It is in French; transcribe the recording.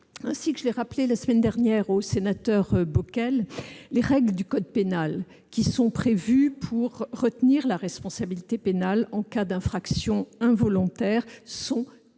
Ainsi que je l'ai rappelé la semaine dernière à M. le sénateur Bockel, les règles du code pénal qui sont prévues pour retenir la responsabilité pénale en cas d'infraction involontaire sont très